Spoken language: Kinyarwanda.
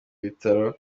bitaro